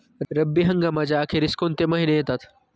रब्बी हंगामाच्या अखेरीस कोणते महिने येतात?